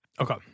Okay